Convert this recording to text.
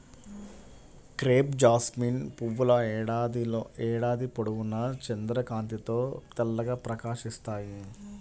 crepe jasmine పువ్వుల ఏడాది పొడవునా చంద్రకాంతిలో తెల్లగా ప్రకాశిస్తాయి